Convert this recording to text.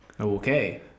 Okay